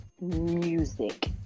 music